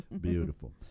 beautiful